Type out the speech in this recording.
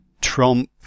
Trump